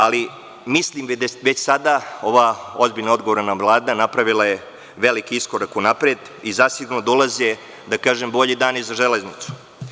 Ali, mislim da je već sada ova ozbiljna i odgovorna Vlada napravila veliki iskorak unapred i zasigurno dolaze bolji dani za železnicu.